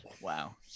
Wow